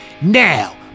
Now